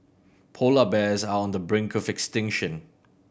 polar bears are on the brink of extinction